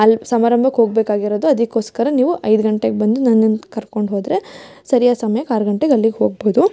ಅಲ್ಲಿ ಸಮಾರಂಭಕ್ ಹೋಗ್ಬೇಕಾಗಿರೋದು ಅದಕ್ಕೋಸ್ಕರ ನೀವು ಐದು ಗಂಟೆಗೆ ಬಂದು ನನ್ನನ್ನು ಕರ್ಕೊಂಡು ಹೋದರೆ ಸರಿಯಾದ ಸಮ್ಯಕ್ಕೆ ಆರು ಗಂಟೆಗೆ ಅಲ್ಲಿಗೆ ಹೋಗ್ಬೌದು